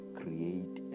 create